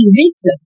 victim